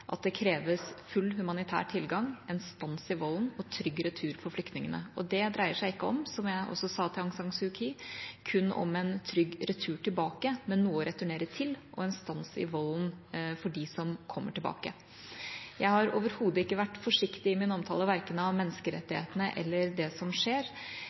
at det kreves full humanitær tilgang, en stans i volden og trygg retur for flyktningene. Og det dreier seg ikke kun om – som jeg også sa til Aung San Suu Kyi – en trygg retur tilbake, men noe å returnere til og en stans i volden mot dem som kommer tilbake. Jeg har overhodet ikke vært forsiktig i min omtale av verken menneskerettighetene eller det som skjer.